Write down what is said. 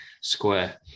square